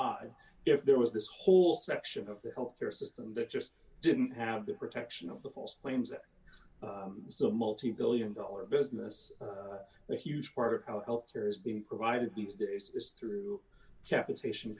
odd if there was this whole section of the health care system that just didn't have the protection of the false claims that so a multi billion dollar business a huge part of how health care is being provided these days is through capitation